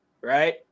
right